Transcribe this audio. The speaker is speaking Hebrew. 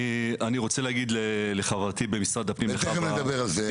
אני רוצה להגיד לחברתי במשרד הפנים --- תכף נדבר על זה,